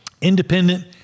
independent